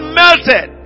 melted